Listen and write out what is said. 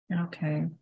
Okay